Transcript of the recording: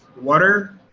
water